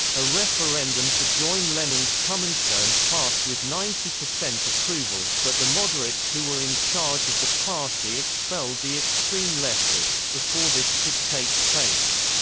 a referendum to join lenin's comintern passed with ninety percent approval, but the moderates who were in charge of the party expelled the extreme leftists before this could take place.